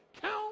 Count